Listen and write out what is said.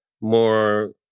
more